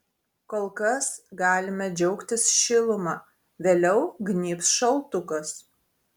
kol kas galime džiaugtis šiluma vėliau gnybs šaltukas